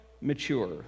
mature